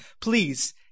please